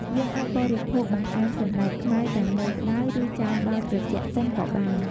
យើងអាចបរិភោគបង្អែមសណ្ដែកខ្មៅទាំងនៅក្ដៅ ឬចាំដល់ត្រជាក់សិនក៏បាន។